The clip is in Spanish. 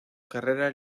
carrera